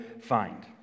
find